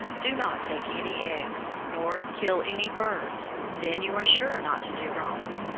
do not take any eggs, nor kill any birds then you are sure not to do wrong.